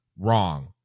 Wrong